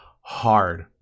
hard